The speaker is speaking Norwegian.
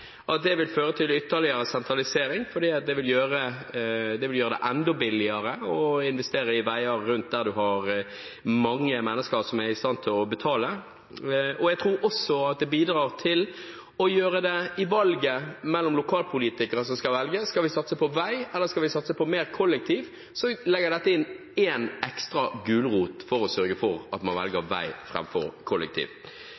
at det vil føre til ytterligere sentralisering, fordi det vil gjøre det enda billigere å investere i veier der det er mange mennesker som er i stand til å betale, og jeg tror også at for lokalpolitikere som skal velge – skal vi satse på vei, eller skal vi satse på mer kollektivtransport – vil dette være en ekstra gulrot for å velge vei framfor kollektivtransport. Det registrerer jeg at